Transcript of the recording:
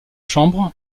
chambres